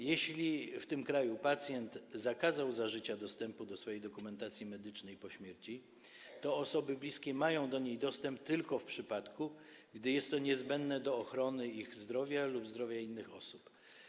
Jeśli w tym kraju pacjent zakazał za życia dostępu do swojej dokumentacji medycznej po śmierci, osoby bliskie mają do niej dostęp tylko w przypadku, gdy jest to niezbędne do ochrony ich zdrowia lub zdrowia innych osób.